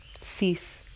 cease